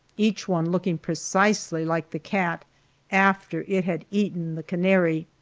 each one looking precisely like the cat after it had eaten the canary!